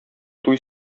туй